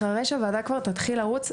אחרי שהוועדה כבר תתחיל לרוץ,